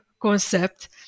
concept